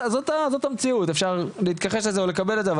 זאת המציאות ואפשר להתכחש לזה או לקבל את זה,